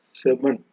seven